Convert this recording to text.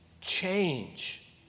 change